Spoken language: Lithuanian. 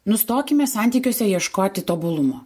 nustokime santykiuose ieškoti tobulumo